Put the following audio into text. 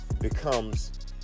becomes